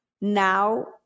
now